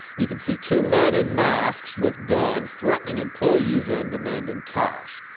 you can see two men in masks with guns threatening employees and demanding cash.